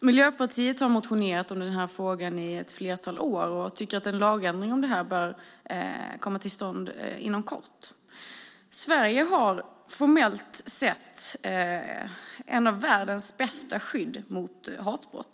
Miljöpartiet har motionerat i denna fråga i ett flertal år och tycker att en lagändring bör komma till stånd inom kort. Sverige har formellt sett ett av världens bästa skydd mot hatbrott.